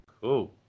Cool